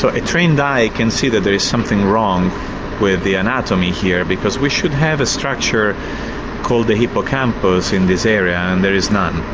so a trained eye can see there's something wrong with the anatomy here because we should have a structure called the hippocampus in this area and there is none.